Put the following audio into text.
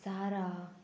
सारा